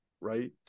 right